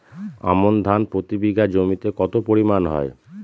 আমন ধান প্রতি বিঘা জমিতে কতো পরিমাণ হয়?